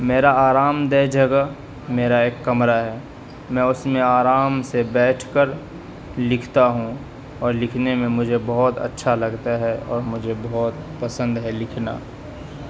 میرا آرام دہ جگہ میرا ایک کمرہ ہے میں اس میں آرام سے بیٹھ کر لکھتا ہوں اور لکھنے میں مجھے بہت اچھا لگتا ہے اور مجھے بہت پسند ہے لکھنا